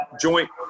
joint